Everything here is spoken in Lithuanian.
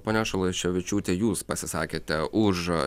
ponia šalaševičiūte jūs pasisakėte už